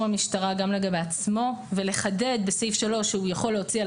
המשטרה גם לגבי עצמו ולחדד בסעיף 3 שהוא יכול להוציא על